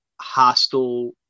hostile